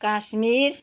Kashmir